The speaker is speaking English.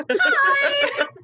Hi